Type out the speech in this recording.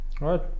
right